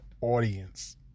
audience